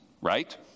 right